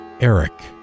eric